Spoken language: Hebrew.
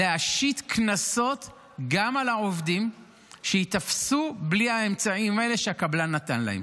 להשית קנסות גם על העובדים שייתפסו בלי האמצעים האלה שהקבלן נתן להם.